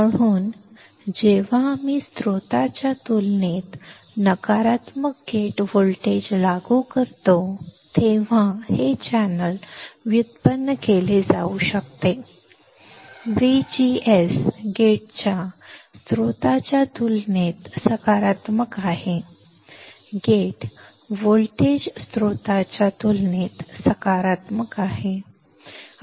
म्हणून जेव्हा आम्ही स्त्रोताच्या तुलनेत नकारात्मक गेट व्होल्टेज लागू करतो तेव्हा हे चॅनेल व्युत्पन्न केले जाऊ शकते VGS गेटच्या स्त्रोताच्या तुलनेत सकारात्मक आहे गेट व्होल्टेज स्त्रोताच्या तुलनेत सकारात्मक आहे